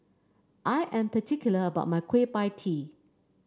I am particular about my Kueh Pie Tee